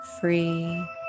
free